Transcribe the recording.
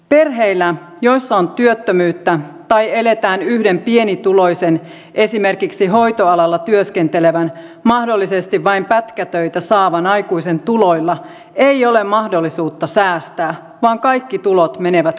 perheillä joissa on työttömyyttä tai eletään yhden pienituloisen esimerkiksi hoitoalalla työskentelevän mahdollisesti vain pätkätöitä saavan aikuisen tuloilla ei ole mahdollisuutta säästää vaan kaikki tulot menevät kulutukseen